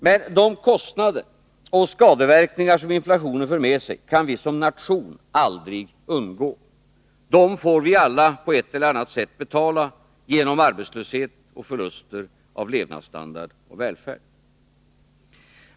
Men de kostnader och skadeverkningar som inflationen för med sig kan vi som nation aldrig undgå. Dem får vi alla på ett eller annat sätt betala — genom arbetslöshet och förluster av levnadsstandard och välfärd.